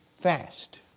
fast